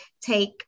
take